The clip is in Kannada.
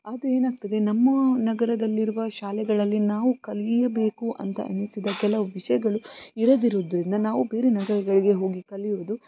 ಆದರೆ ಏನಾಗ್ತದೆ ನಮ್ಮ ನಗರದಲ್ಲಿರುವ ಶಾಲೆಗಳಲ್ಲಿ ನಾವು ಕಲಿಯಬೇಕು ಅಂತ ಅನಿಸಿದ ಕೆಲವು ವಿಷಯಗಳು ಇರದಿರುವುದರಿಂದ ನಾವು ಬೇರೆ ನಗರಗಳಿಗೆ ಹೋಗಿ ಕಲಿಯುವುದು